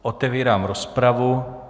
Otevírám rozpravu.